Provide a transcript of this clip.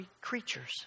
creatures